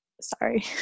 Sorry